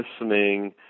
listening